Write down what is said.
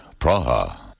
Praha